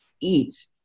eat